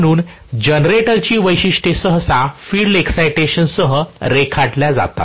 म्हणून जनरेटरची वैशिष्ट्ये सहसा फिल्ड एक्साईटेशन सह रेखाटल्या जातात